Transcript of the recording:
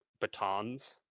batons